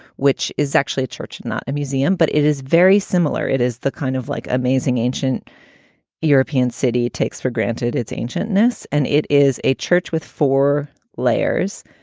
which is actually a church, not a museum, but it is very similar. it is the kind of like amazing ancient european city takes for granted. it's ancient enis and it is a church with four layers.